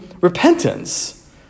repentance